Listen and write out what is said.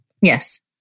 yes